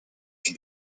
can